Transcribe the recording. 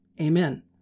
amen